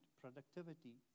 Productivity